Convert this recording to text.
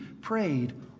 prayed